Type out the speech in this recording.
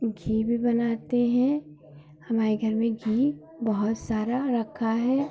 घी भी बनाते हैं हमारे घर में घी बहुत सारा रखा है